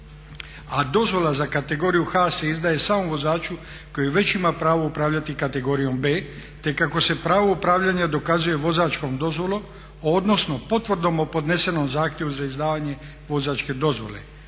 a dozvola za kategoriju H se izdaje samo vozaču koji već ima pravo upravljati kategorijom B, te kao se pravo upravljanja dokazuje vozačkom dozvolom odnosno potvrdom o podnesenom zahtjevu za izdavanje vozačke dozvole.